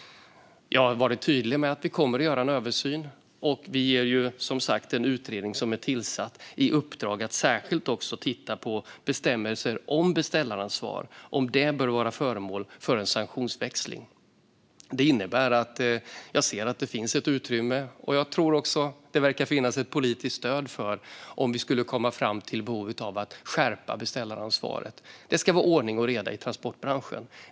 Jag har varit tydlig med att vi kommer att göra en översyn. Vi har som sagt gett den utredning som är tillsatt i uppdrag att särskilt titta på bestämmelser om beställaransvar och om det bör vara föremål för en sanktionsväxling. Det innebär att jag ser att det finns ett utrymme. Det verkar dessutom finnas ett politiskt stöd om vi skulle komma fram till behovet av att skärpa beställaransvaret. Det ska vara ordning och reda i transportbranschen.